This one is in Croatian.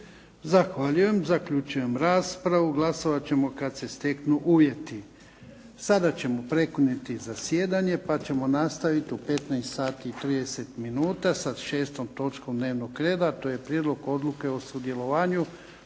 Zahvaljujem. Zaključujem raspravu. Glasovati ćemo kada se steknu uvjeti. Sada ćemo prekinuti zasjedanje pa ćemo nastaviti u 15,30 minuta sa 6. točkom dnevnog reda a to je Prijedlog odluke o sudjelovanju